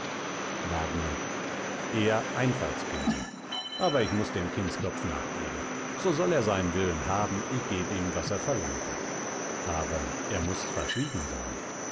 wagner er einfaltspinsel aber ich muß dem kindskopf nachgeben so soll er seinen willen haben ich geb ihm was er verlangt hat aber er muß verschwiegen sein